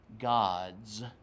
God's